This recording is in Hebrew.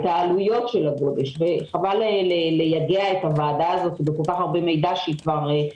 את עלויות הגודש וחבל לייגע את הוועדה הזו בכל כך הרבה מידע שבראשותך